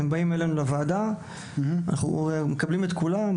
אנחנו מקבלים את כולם,